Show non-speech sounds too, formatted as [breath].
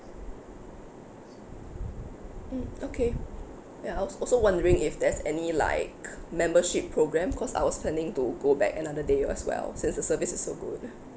mm okay well I was also wondering if there's any like membership program because I was planning to go back another day as well since the service is so good [breath]